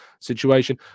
situation